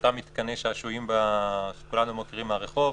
אותם מתקני שעשועים שכולנו מכירים מהרחוב.